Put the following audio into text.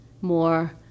more